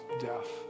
death